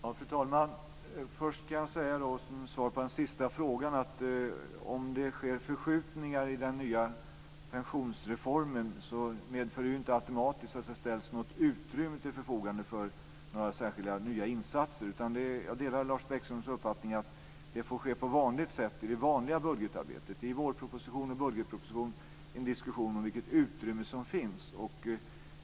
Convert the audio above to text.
Fru talman! Först kan jag säga som svar på den sista frågan att om det sker förskjutningar i den nya pensionsreformen så medför det inte automatiskt att det ställs något utrymme till förfogande för särskilda nya insatser. Jag delar Lars Bäckströms uppfattning att det får ske en diskussion på vanligt sätt i det vanliga budgetarbetet, i vårproposition och i budgetproposition, om vilket utrymme som finns.